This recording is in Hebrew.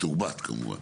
מתורבת כמובן.